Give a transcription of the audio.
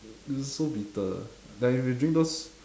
it's so bitter like if you drink those